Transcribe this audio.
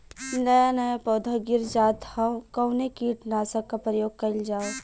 नया नया पौधा गिर जात हव कवने कीट नाशक क प्रयोग कइल जाव?